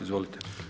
Izvolite.